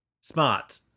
Smart